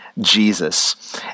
Jesus